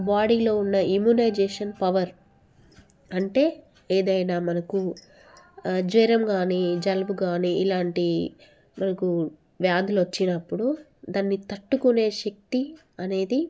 బాడీలో ఉన్న immunisation power అంటే ఏదైన మనకు జ్వరం కానీ జలుబు కానీ ఇలాంటి మనకు వ్యాధులు వచ్చినప్పుడు దాన్ని తట్టుకునే శక్తి అనేది